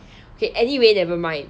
okay anyway never mind